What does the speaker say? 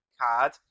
card